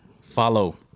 Follow